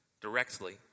directly